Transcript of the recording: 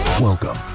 Welcome